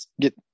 get